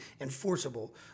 enforceable